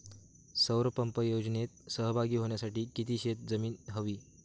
सौर पंप योजनेत सहभागी होण्यासाठी किती शेत जमीन हवी?